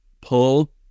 pull